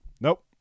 Nope